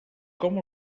com